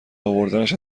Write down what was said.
اوردنش